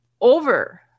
over